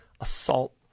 assault